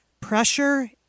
pressure